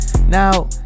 Now